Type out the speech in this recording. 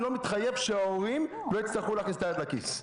אני לא מתחייב שההורים לא הצטרכו להכניס את היד לכיס.